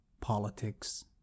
politics